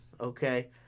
Okay